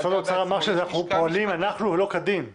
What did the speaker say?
לא, אבל משרד האוצר מנהל את הוועדה